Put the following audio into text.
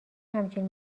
همچین